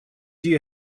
you